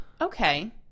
Okay